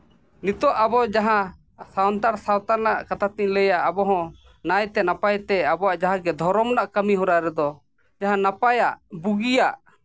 ᱱᱤᱛᱚᱜ ᱟᱵᱚ ᱡᱟᱦᱟᱸ ᱥᱟᱱᱛᱟᱲ ᱥᱟᱶᱛᱟ ᱨᱮᱭᱟᱜ ᱠᱟᱛᱷᱟ ᱛᱤᱧ ᱞᱟᱹᱭᱟ ᱟᱵᱚᱦᱚᱸ ᱱᱟᱭᱛᱮ ᱱᱟᱯᱟᱭ ᱛᱮ ᱟᱵᱚᱣᱟᱜ ᱡᱟᱦᱟᱸᱜᱮ ᱫᱷᱚᱨᱚᱢ ᱨᱮᱱᱟᱜ ᱠᱟᱹᱢᱤᱦᱚᱨᱟ ᱨᱮᱫᱚ ᱡᱟᱦᱟᱸ ᱱᱟᱯᱟᱭᱟᱜ ᱵᱩᱜᱤᱭᱟᱜ